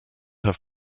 have